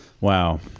Wow